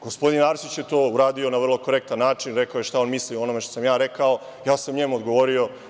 Gospodin Arsić je to uradio na vrlo korektan način, rekao je šta on misli o onome što sam ja rekao, ja sam njemu odgovorio.